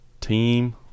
team